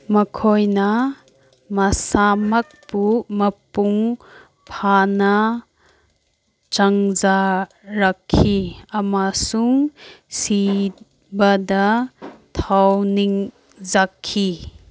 ꯃꯈꯣꯏꯅ ꯃꯁꯥꯃꯛꯄꯨ ꯃꯄꯨꯡ ꯐꯥꯅ ꯆꯪꯖꯔꯛꯈꯤ ꯑꯃꯁꯨꯡ ꯁꯤꯕꯗ ꯊꯧꯅꯤꯖꯈꯤ